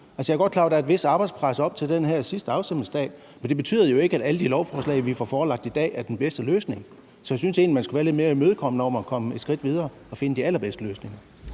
jeg er godt klar over, at der er et vist arbejdspres op til den her sidste afstemningsdag, men det betyder jo ikke, at alle de lovforslag, vi får forelagt i dag, er den bedste løsning. Så jeg synes egentlig, at man skulle være lidt mere imødekommende i forhold til at komme et skridt videre og finde de allerbedste løsninger.